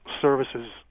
services